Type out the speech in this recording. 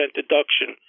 deduction